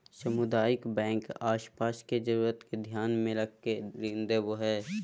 सामुदायिक बैंक आस पास के जरूरत के ध्यान मे रख के ऋण देवो हय